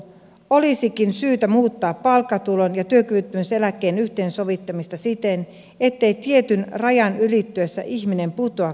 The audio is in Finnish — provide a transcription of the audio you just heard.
olisikin syytä muuttaa palkkatulon ja työkyvyttömyyseläkkeen yhteensovittamista siten ettei tietyn rajan ylittyessä ihminen putoa kannustinloukkuun